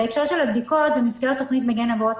בהקשר של הבדיקות - במסגרת תכנית "מגן אבות",